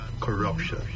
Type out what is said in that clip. corruption